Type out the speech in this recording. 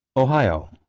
ohio.